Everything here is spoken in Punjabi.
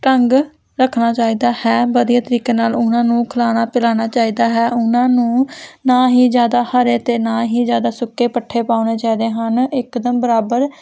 ਢੰਗ ਰੱਖਣਾ ਚਾਹੀਦਾ ਹੈ ਵਧੀਆ ਤਰੀਕੇ ਨਾਲ ਉਹਨਾਂ ਨੂੰ ਖਿਲਾਉਣਾ ਪਿਲਾਉਣਾ ਚਾਹੀਦਾ ਹੈ ਉਹਨਾਂ ਨੂੰ ਨਾ ਹੀ ਜ਼ਿਆਦਾ ਹਰੇ ਅਤੇ ਨਾ ਹੀ ਜ਼ਿਆਦਾ ਸੁੱਕੇ ਪੱਠੇ ਪਾਉਣੇ ਚਾਹੀਦੇ ਹਨ ਇੱਕਦਮ ਬਰਾਬਰ